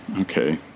Okay